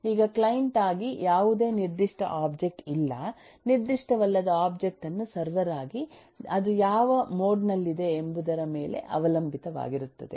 ಈಗ ಕ್ಲೈಂಟ್ ಆಗಿ ಯಾವುದೇ ನಿರ್ದಿಷ್ಟ ಒಬ್ಜೆಕ್ಟ್ ಇಲ್ಲ ನಿರ್ದಿಷ್ಟವಲ್ಲದ ಒಬ್ಜೆಕ್ಟ್ ಅನ್ನು ಸರ್ವರ್ ಆಗಿ ಅದು ಯಾವ ಮೋಡ್ ನಲ್ಲಿದೆ ಎಂಬುದರ ಮೇಲೆ ಅವಲಂಬಿತವಾಗಿರುತ್ತದೆ